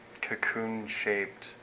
cocoon-shaped